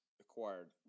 acquired